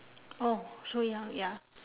oh so young ya